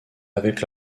avec